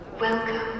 Welcome